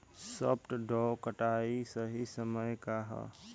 सॉफ्ट डॉ कटाई के सही समय का ह?